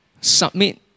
submit